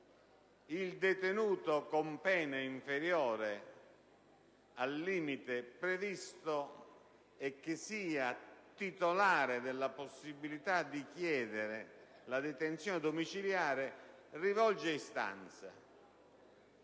il detenuto con pena inferiore al limite previsto e titolare della possibilità di chiedere la detenzione domiciliare rivolge istanza.